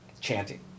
Chanting